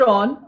on